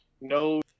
No